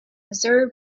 missouri